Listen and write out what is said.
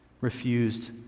refused